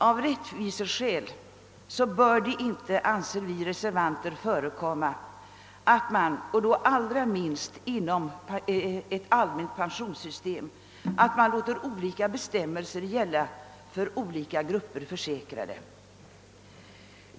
Av rättviseskäl bör det inte, anser vi reservanter, förekomma att man — allra minst inom ett allmänt pensionssystem — har olika bestämmelser för olika grupper försäkrade.